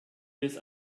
des